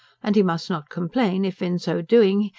and he must not complain if, in so doing,